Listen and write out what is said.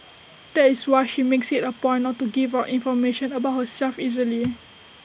that is why she makes IT A point not to give out information about herself easily